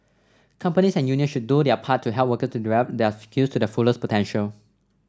companies and unions should do their part to help worker to develop their skills to their fullest potential